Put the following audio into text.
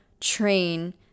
train